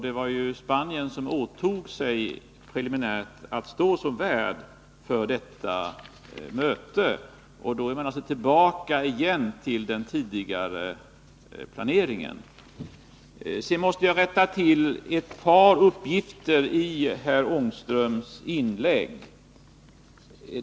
Det var ju Spanien som preliminärt åtog sig att stå som värd för detta möte, och nu är man alltså tillbaka i den tidigare planeringen. Sedan måste jag rätta till ett par uppgifter i herr Ångströms inlägg.